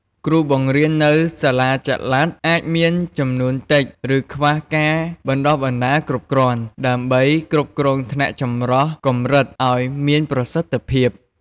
គ្រូបង្រៀននៅសាលាចល័តអាចមានចំនួនតិច ឬខ្វះការបណ្ដុះបណ្ដាលគ្រប់គ្រាន់ ដើម្បីគ្រប់គ្រងថ្នាក់ចម្រុះកម្រិតអោយមានប្រសិទ្ធភាព។